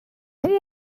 hohen